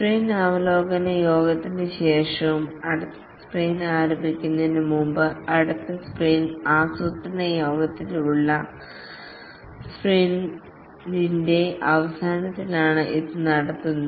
sprint അവലോകന യോഗത്തിനു ശേഷവും അടുത്ത സ്പ്രിന്റ് ആരംഭിക്കുന്നതിന് മുമ്പോ അടുത്ത സ്പ്രിന്റ് ആസൂത്രണ യോഗത്തിലോ ഉള്ള സ്പ്രിന്റിന്റെ അവസാനത്തിലാണ് ഇത് നടത്തുന്നത്